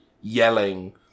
Yelling